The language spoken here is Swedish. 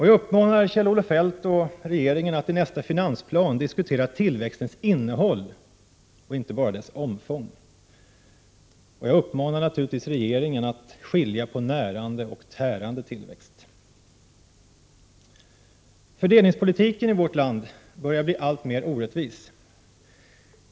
Jag uppmanar Kjell-Olof Feldt och regeringen att i nästa finansplan diskutera tillväxtens innehåll och inte bara dess omfång. Och jag uppmanar naturligtvis regeringen att skilja på närande och tärande tillväxt. Fördelningspolitiken i vårt land börjar bli alltmer orättvis.